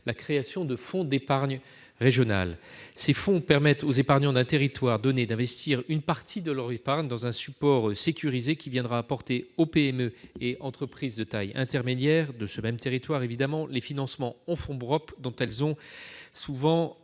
la création de fonds d'épargne régionaux. Ces fonds permettent aux épargnants d'un territoire donné d'investir une partie de leur épargne dans un support sécurisé qui apportera aux PME et entreprises de taille intermédiaire de ce même territoire les financements en fonds propres dont elles ont souvent